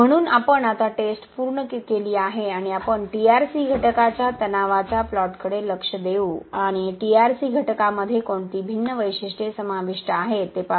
म्हणून आपण आता टेस्ट पूर्ण केली आहे आणि आपण TRC घटकाच्या तणावाच्या प्लॉटकडे लक्ष देऊ आणि TRC घटकामध्ये कोणती भिन्न वैशिष्ट्ये समाविष्ट आहेत ते पाहू